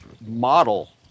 model